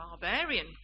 Barbarian